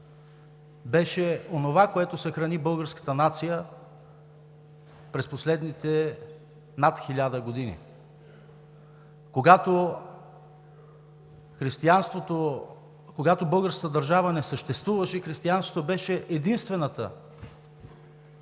беше онова, което съхрани българската нация през последните над 1000 години, когато българската държава не съществуваше. Християнството беше единствената